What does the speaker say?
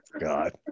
God